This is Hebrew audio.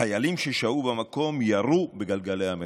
חיילים ששהו במקום ירו בגלגלי המכונית.